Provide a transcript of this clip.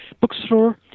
bookstore